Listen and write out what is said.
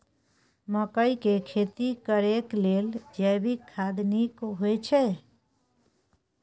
मकई के खेती करेक लेल जैविक खाद नीक होयछै?